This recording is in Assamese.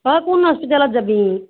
তই কোন হস্পিটেলত যাবি